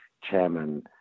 chairman